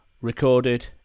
recorded